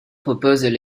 proposent